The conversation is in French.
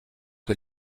que